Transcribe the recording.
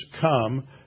come